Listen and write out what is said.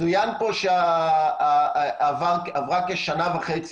צוין פה שעברה כשנה וחצי,